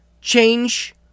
change